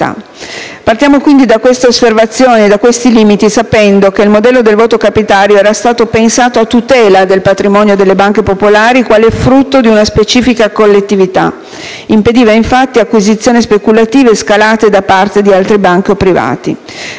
Partiamo quindi da queste osservazioni e da questi limiti, sapendo che il modello del voto capitario era stato pensato a tutela del patrimonio delle banche popolari quale frutto di una specifica collettività: esso impediva infatti acquisizioni speculative o scalate da parte di altre banche o privati.